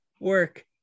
work